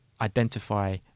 identify